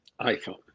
iPhone